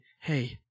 hey